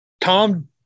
Tom